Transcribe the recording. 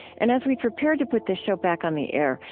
and, as we prepared to put this show back on the air,